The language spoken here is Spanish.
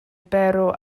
perro